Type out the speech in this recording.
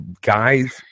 guys